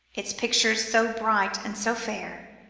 its pictures so bright and so fair,